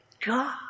God